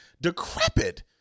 decrepit